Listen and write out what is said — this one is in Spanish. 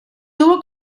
tuvo